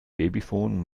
babyphon